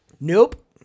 Nope